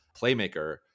playmaker